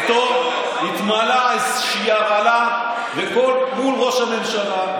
פתאום התמלא איזושהי הרעלה מול ראש הממשלה.